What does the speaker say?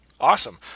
Awesome